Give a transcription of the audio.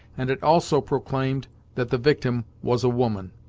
and it also proclaimed that the victim was a woman.